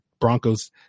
Broncos